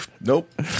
Nope